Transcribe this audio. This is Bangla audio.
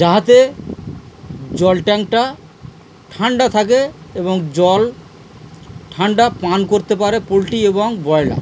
যাতে জল ট্যাঙ্কটা ঠান্ডা থাকে এবং জল ঠান্ডা পান করতে পারে পোলট্রি এবং ব্রয়লার